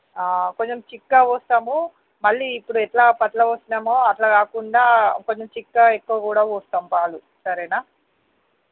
కొంచెం చిక్కగా పోస్తాము మళ్ళీ ఇప్పుడు ఎట్లా పతలా పోస్తున్నామో అట్లా కాకుండా కొంచెం చిక్కగా ఎక్కువ కూడా పోస్తాము పాలు